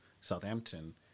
Southampton